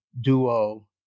duo